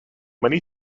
many